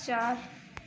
چار